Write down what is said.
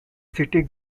city